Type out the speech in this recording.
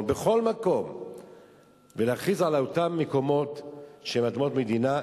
אלא בכל מקום ולהכריז על אותם מקומות שהם אדמות מדינה,